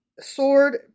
sword